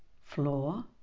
floor